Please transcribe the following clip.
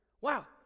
wow